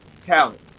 talent